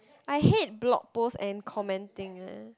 I hate blog post and commenting eh